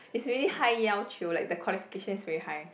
is really high 要求 like the qualifications is very high